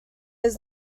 his